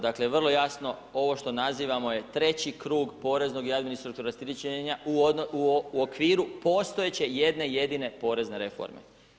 Dakle, vrlo jasno, ovo što nazivamo je treći krug poreznog i administrativnog rasterećenja u okviru postojeće jedne-jedine porezne reforme.